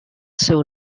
seu